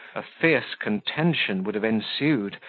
a fierce contention would have ensued,